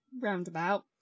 roundabout